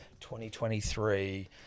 2023